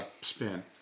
spin